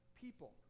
people